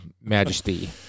Majesty